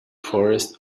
forests